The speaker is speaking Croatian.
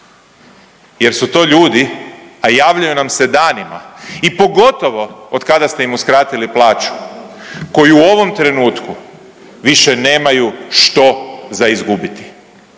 jer su to ljudi, a javljaju nam se danima i pogotovo od kada ste im uskratili plaću koju u ovom trenutku više nemaju što za izgubiti.